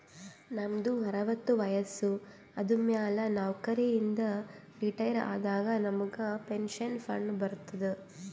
ನಮ್ದು ಅರವತ್ತು ವಯಸ್ಸು ಆದಮ್ಯಾಲ ನೌಕರಿ ಇಂದ ರಿಟೈರ್ ಆದಾಗ ನಮುಗ್ ಪೆನ್ಷನ್ ಫಂಡ್ ಬರ್ತುದ್